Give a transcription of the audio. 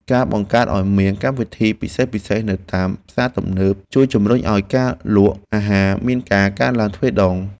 ការបង្កើតឱ្យមានកម្មវិធីពិសេសៗនៅតាមផ្សារទំនើប ជួយជំរុញឱ្យការលក់អាហារមានការកើនឡើងទ្វេដង។